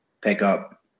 pickup